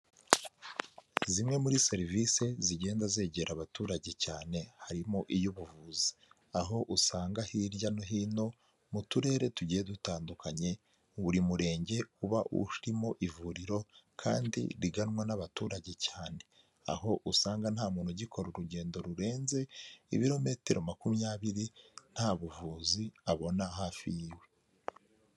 Zimwe muri serivisi zigenda zegera abaturage cyane harimo iy'ubuvuzi, aho usanga hirya no hino mu turere tugiye dutandukanye, buri murenge uba urimo ivuriro kandi riganwa n'abaturage cyane, aho usanga nta muntu ugikora urugendo rurenze ibirometero makumyabiri nta buvuzi abona hafi yiwe.